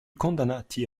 condannati